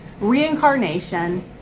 reincarnation